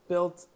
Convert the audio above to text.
Built